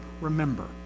remember